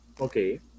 okay